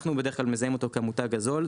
אנחנו בדרך כלל מזהים אותו כמותג הזול.